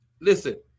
Listen